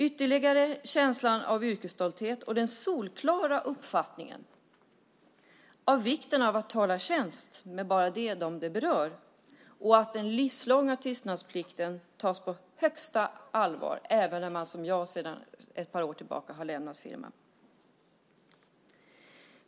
Ytterligare är det känslan av yrkesstolthet och den solklara uppfattningen om vikten av att tala tjänst bara med dem det berör och att den livslånga tystnadsplikten tas på största allvar, även när man som jag sedan ett par år tillbaka har lämnat firman.